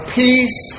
peace